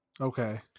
Okay